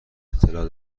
اطلاع